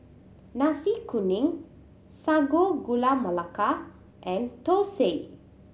Nasi Kuning Sago Gula Melaka and thosai